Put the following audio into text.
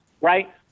Right